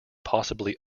possibly